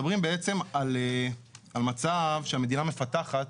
אנחנו מדברים בעצם על מצב שהמדינה מפתחת,